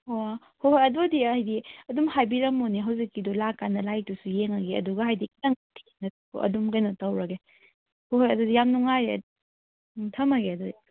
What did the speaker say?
ꯑꯣ ꯍꯣꯏ ꯍꯣꯏ ꯑꯗꯨꯗꯤ ꯍꯥꯏꯗꯤ ꯑꯗꯨꯝ ꯍꯥꯏꯕꯤꯔꯝꯃꯣꯅꯦ ꯍꯧꯖꯤꯛꯀꯤꯗꯨ ꯂꯥꯛꯀꯥꯟꯗ ꯂꯥꯏꯔꯤꯛꯇꯨꯁꯨ ꯌꯦꯡꯉꯒꯦ ꯑꯗꯨꯒ ꯍꯥꯏꯗꯤ ꯈꯤꯇꯪ ꯊꯦꯡꯉꯅꯤꯀꯣ ꯑꯗꯨꯝ ꯀꯩꯅꯣ ꯇꯧꯔꯒꯦ ꯍꯣꯏ ꯍꯣꯏ ꯑꯗꯨꯗꯤ ꯌꯥꯝ ꯅꯨꯡꯉꯥꯏꯔꯦ ꯎꯝ ꯊꯝꯃꯒꯦ ꯑꯗꯨꯗꯤ